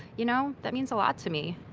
you know that means a lot to me.